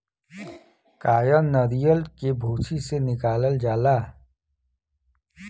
कायर नरीयल के भूसी से निकालल जाला